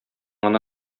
гына